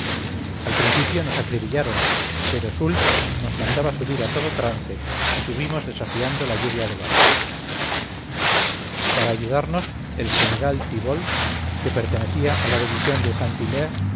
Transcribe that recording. al principio nosacribillaban pero soult nos manda subir a todo trance y subimos desafiando la lluvia de balas para ayudarnos el general thiebault que pertenecía a la división de